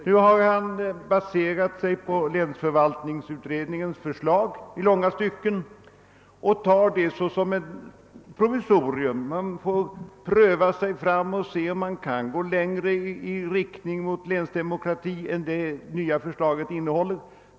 Nu har han i långa stycken baserat sig på länsförvaltningsutredningens förslag som han betraktar som ett provisorium. Man får pröva sig fram och se om man kan gå längre i riktning mot länsdemokrati än förslaget medger.